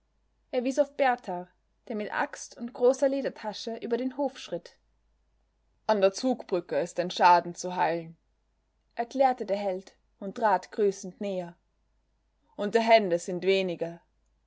er wies auf berthar der mit axt und großer ledertasche über den hof schritt an der zugbrücke ist ein schaden zu heilen erklärte der held und trat grüßend näher und der hände sind wenige